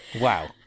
wow